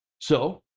so,